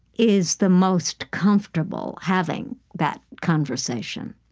is the most comfortable having that conversation.